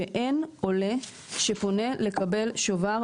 שאין עולה שפונה לקבל שובר,